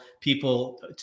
people